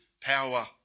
power